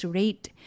rate